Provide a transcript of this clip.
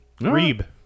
Reeb